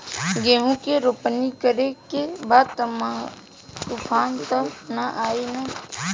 गेहूं के रोपनी करे के बा तूफान त ना आई न?